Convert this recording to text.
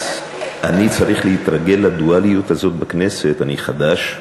אז אני צריך להתרגל לדואליות הזאת בכנסת, אני חדש,